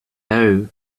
now